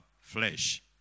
flesh